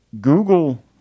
Google